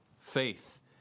faith